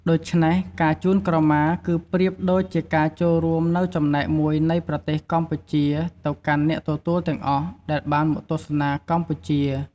ដូច្នេះ ការជូនក្រមាគឺប្រៀបដូចជាការចូលរួមនូវចំណែកមួយនៃប្រទេសកម្ពុជាទៅកាន់អ្នកទទួលទាំងអស់ដែលបានមកទស្សនាកម្ពុជា។